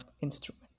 instrument